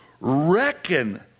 reckon